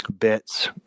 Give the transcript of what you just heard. bits